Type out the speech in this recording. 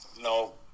No